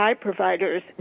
providers